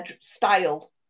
style